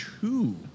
two